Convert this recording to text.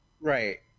Right